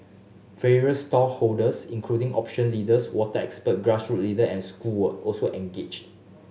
various stakeholders including opinion leaders water expert grassroot leader and school were also engaged